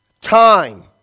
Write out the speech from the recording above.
Time